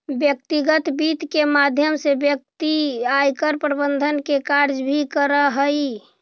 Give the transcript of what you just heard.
व्यक्तिगत वित्त के माध्यम से व्यक्ति आयकर प्रबंधन के कार्य भी करऽ हइ